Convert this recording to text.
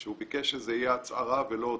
שהוא ביקש שזה יהיה הצהרה ולא הודעה.